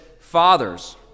Fathers